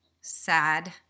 sad